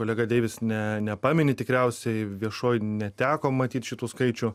kolega deivis ne nepamini tikriausiai viešoj neteko matyt šitų skaičių